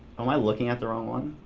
am i looking at the wrong one?